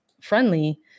friendly